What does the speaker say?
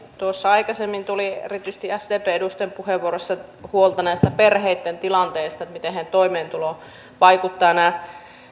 tuossa aikaisemmin tuli erityisesti sdpn edustajien puheenvuoroissa huolta näistä perheitten tilanteista siitä miten heidän toimeentuloonsa vaikuttavat nämä